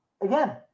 Again